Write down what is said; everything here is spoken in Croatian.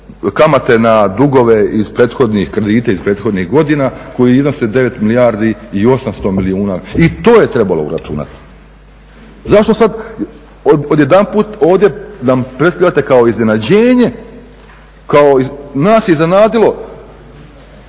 kamate na dugove iz prethodnih kredita, iz prethodnih godina koji iznose 9 milijardi i 800 milijuna i to je trebalo uračunati. Zašto sad odjedanput ovdje nam predstavljate kao iznenađenje, kao nas je iznenadilo